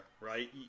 right